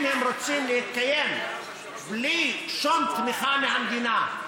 אם הם רוצים להתקיים בלי שום תמיכה מהמדינה,